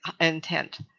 intent